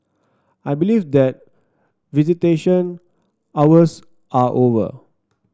I believe that visitation hours are over